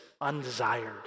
undesired